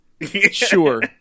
Sure